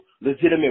legitimate